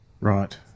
Right